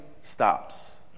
stops